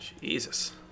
Jesus